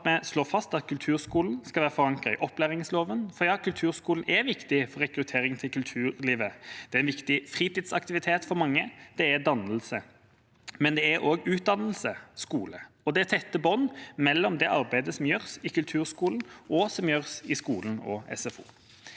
glad for at vi slår fast at kulturskolen skal være forankret i opplæringsloven, for kulturskolen er viktig for rekruttering til kulturlivet. Det er en viktig fritidsaktivitet for mange. Det er dannelse, men det er også utdannelse og skole. Det er tette bånd mellom det arbeidet som gjøres i kulturskolen, og det som gjøres i skolen og SFO.